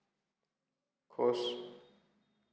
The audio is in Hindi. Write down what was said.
खुश